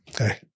okay